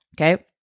Okay